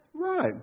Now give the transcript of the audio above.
Right